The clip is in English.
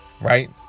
right